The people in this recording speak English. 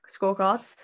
scorecard